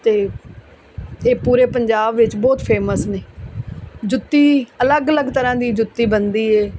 ਅਤੇ ਇਹ ਪੂਰੇ ਪੰਜਾਬ ਵਿੱਚ ਬਹੁਤ ਫੇਮਸ ਨੇ ਜੁੱਤੀ ਅਲੱਗ ਅਲੱਗ ਤਰ੍ਹਾਂ ਦੀ ਜੁੱਤੀ ਬਣਦੀ ਹੈ